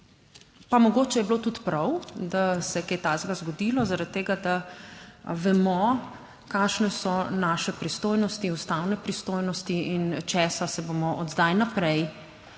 pa mogoče je bilo tudi prav, da se je kaj takega zgodilo, zaradi tega, da vemo, kakšne so naše pristojnosti, ustavne pristojnosti in česa se bomo od zdaj naprej